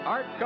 Art